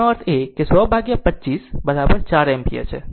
તેથી તેનો અર્થ એ કે તેનો અર્થ તે 100 ભાગ્યા 25 4 એમ્પીયર છે